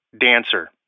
dancer